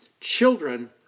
children